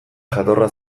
jatorra